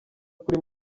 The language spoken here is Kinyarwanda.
kuri